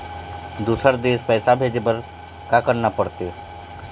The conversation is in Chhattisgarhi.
दुसर देश पैसा भेजे बार का करना पड़ते?